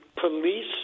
police